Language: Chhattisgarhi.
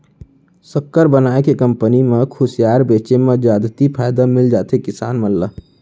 सक्कर बनाए के कंपनी म खुसियार बेचे म जादति फायदा मिल जाथे किसान मन ल